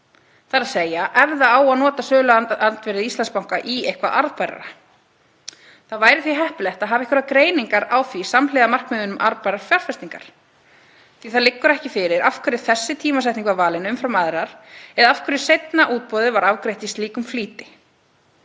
banka, þ.e. ef það á að nota söluandvirði Íslandsbanka í eitthvað arðbærara. Það væri því heppilegt að hafa einhverjar greiningar á því samhliða markmiðunum um arðbærar fjárfestingar, því að það liggur ekki fyrir af hverju þessi tímasetning var valin umfram aðrar eða af hverju seinna útboðið var afgreitt í slíkum flýti.